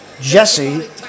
Jesse